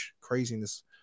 craziness